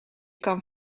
kan